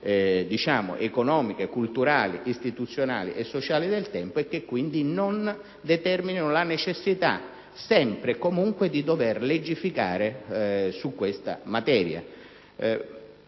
condizioni economiche, culturali, istituzionali e sociali del tempo, che non determinano la necessità, sempre e comunque, di dover legiferare su questa materia.